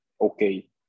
okay